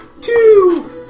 Two